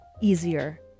easier